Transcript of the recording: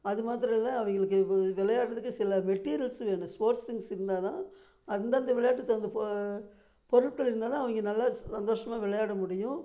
அது மாத்தரம் இல்லை அவங்களுக்கு வு விளையாடுறதுக்கு சில மெட்டீரியல்ஸ் வேணும் ஸ்போர்ட் திங்க்ஸ் இருந்தால் தான் அந்த அந்த விளையாட்டுக்கு தகுந்த போ பொருட்கள் இருந்தால்தான் அவங்க நல்ல சந்தோஷமாக விளையாட முடியும்